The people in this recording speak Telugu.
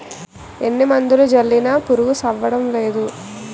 ఎన్ని మందులు జల్లినా పురుగు సవ్వడంనేదు